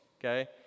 okay